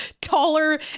taller